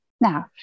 now